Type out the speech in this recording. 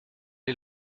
est